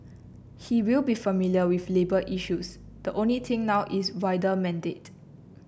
he will be familiar with labour issues the only thing now is wider mandate